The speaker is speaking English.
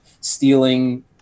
stealing